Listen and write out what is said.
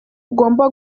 ugomba